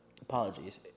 apologies